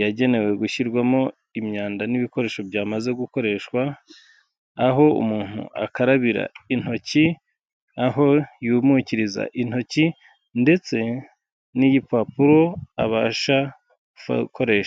yagenewe gushyirwamo imyanda n'ibikoresho byamaze gukoreshwa, aho umuntu akarabira intoki, aho yumukiriza intoki ndetse n'igipapuro abasha gukoresha.